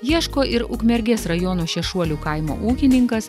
ieško ir ukmergės rajono šešuolių kaimo ūkininkas